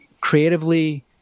creatively